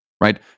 right